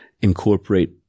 incorporate